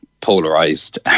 polarized